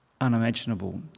unimaginable